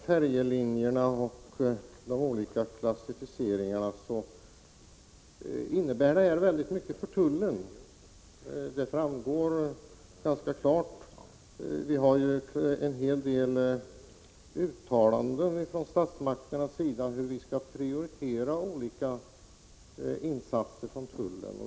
Färjelinjerna och de olika klassificeringarna innebär mycket för tullen. Det framgår ganska klart. Det finns en hel del uttalanden från statsmakternas sida om hur tullen skall prioritera olika insatser.